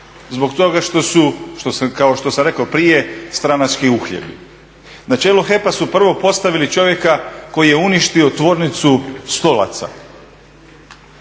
Zbog toga što su, kao što sam rekao prije stranački uhljebi. Na čelu HEP-a su prvo postavili čovjeka koji je uništio tvornicu stolaca,